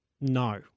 No